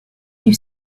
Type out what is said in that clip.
you